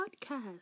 podcast